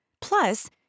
Plus